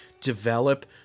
develop